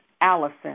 Allison